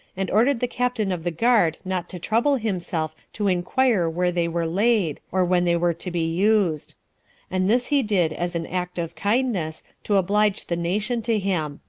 and ordered the captain of the guard not to trouble himself to inquire where they were laid, or when they were to be used and this he did as an act of kindness, to oblige the nation to him.